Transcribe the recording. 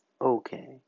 okay